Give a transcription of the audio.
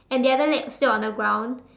and the other leg still on the ground